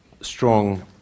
strong